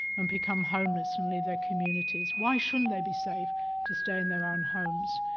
and become homeless and leave their communities. why shouldn't they be safe to stay in their own homes?